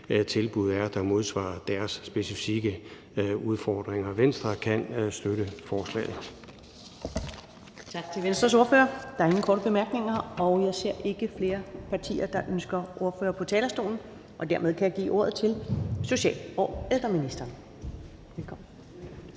specialområdet, der modsvarer deres specifikke udfordringer. Og Venstre kan støtte forslaget.